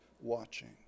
watching